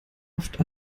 oft